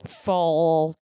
fall